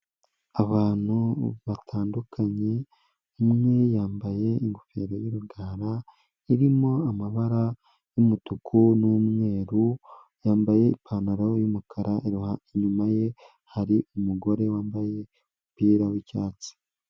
Abantu batandukanye umwe yambaye ingofero y'urugara irimo amabara y'umutuku n'umweru, yambaye ipantaro y'umukara inyuma ye hari umugore wambaye umupira w'icyatsi.